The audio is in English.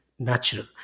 Natural